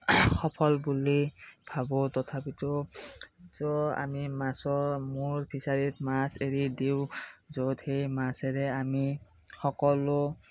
সফল বুলি ভাবো তথাপিতো কিন্তু আমি মাছো মোৰ ফিচাৰীত মাছ এৰি দিওঁ য'ত সেই মাছেৰে আমি সকলো